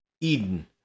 Eden